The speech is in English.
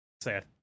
Sad